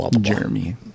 Jeremy